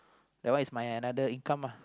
that one is my another income ah